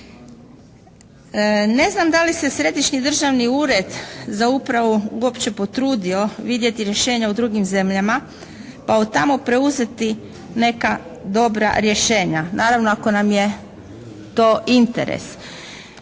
Ne znam da li se Središnji državni ured za upravu uopće potrudio vidjeti rješenja u drugim zemljama pa od tamo preuzeti neka dobra rješenja naravno ako nam je to interes.